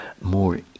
more